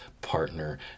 partner